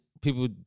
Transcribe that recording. People